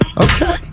Okay